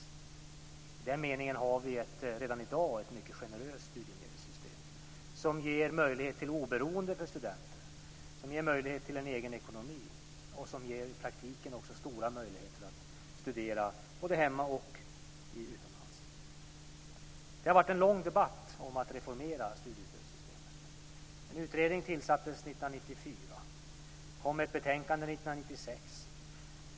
I den meningen har vi redan i dag ett mycket generöst studiemedelssystem som ger möjlighet till oberoende för studenter, som ger möjlighet till en egen ekonomi och som i praktiken också ger stora möjligheter att studera både hemma och utomlands. Det har förts en lång debatt om att reformera studiestödssystemet. En utredning tillsattes 1994. Det kom ett betänkande 1996.